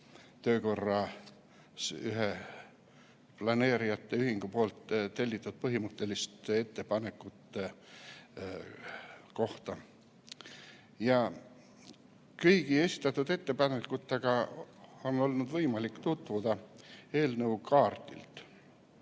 ettepanekut ühe planeerijate ühingu tellitud põhimõtteliste ettepanekute kohta. Kõigi esitatud ettepanekutega on olnud võimalik tutvuda eelnõu kaardilt.